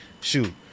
shoot